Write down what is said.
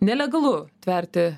nelegalu tverti